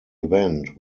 event